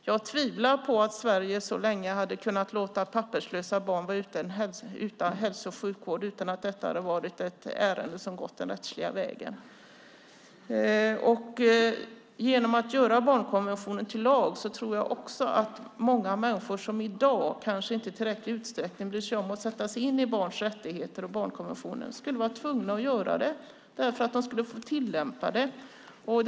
Jag tvivlar på att Sverige så länge hade kunnat låta papperslösa barn vara utan hälso och sjukvård utan att detta hade varit ett ärende som gått den rättsliga vägen. Genom att göra barnkonventionen till lag tror jag också att många människor som i dag kanske inte i tillräcklig utsträckning bryr sig om att sätta sig in i barns rättigheter och barnkonventionen skulle vara tvungna att göra det därför att de skulle tillämpa den i sitt arbete.